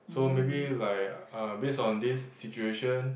so maybe like uh based on this situation